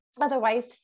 otherwise